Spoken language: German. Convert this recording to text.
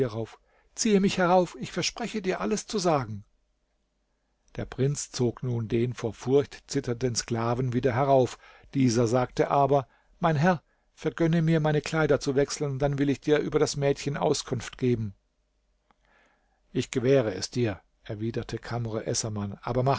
ziehe mich herauf ich verspreche dir alles zu sagen der prinz zog nun den vor furcht zitternden sklaven wieder herauf dieser sagte aber mein herr vergönne mir meine kleider zu wechseln dann will ich dir über das mädchen auskunft geben ich gewähre es dir erwiderte kamr essaman aber